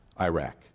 Iraq